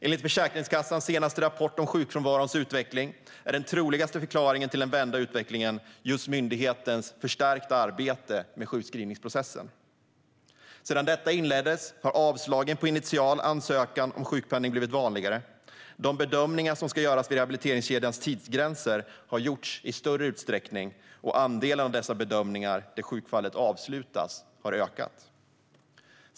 Enligt Försäkringskassans senaste rapport om sjukfrånvarons utveckling är den troligaste förklaringen till att utvecklingen vänt just att myndigheten har förstärkt arbetet med sjukskrivningsprocessen. Sedan detta inleddes har avslagen på initial ansökan om sjukpenning blivit vanligare. De bedömningar som ska göras vid rehabiliteringskedjans tidsgränser har gjorts i större utsträckning, och andelen av de bedömningar där sjukfallet avslutas har ökat.